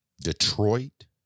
Detroit